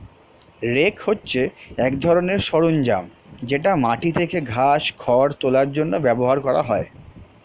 rake হচ্ছে এক ধরনের সরঞ্জাম যেটা মাটি থেকে ঘাস, খড় তোলার জন্য ব্যবহার করা হয়